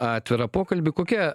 atvira pokalbį kokia